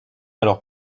alors